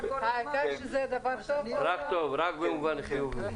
לאולם עצמו,